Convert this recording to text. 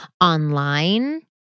online